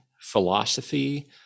philosophy